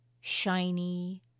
shiny